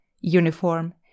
uniform